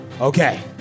Okay